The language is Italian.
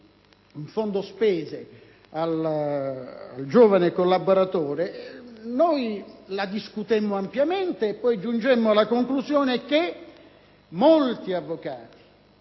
un fondo spese al giovane collaboratore la discutemmo ampiamente, giungendo ad una conclusione. Molti avvocati